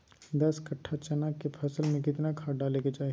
दस कट्ठा चना के फसल में कितना खाद डालें के चाहि?